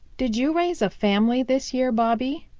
did you raise a family this year, bobby?